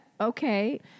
Okay